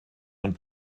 und